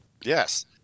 Yes